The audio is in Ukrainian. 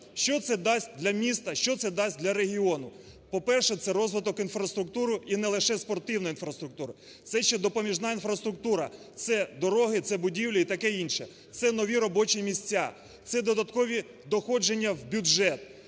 Що це дасть для міста? Що це дасть для регіону? По-перше, це розвиток інфраструктури і не лише спортивної інфраструктури, це ще допоміжна інфраструктура, це дороги, це будівлі і таке інше, це нові робочі місця, це додаткові доходження в бюджет.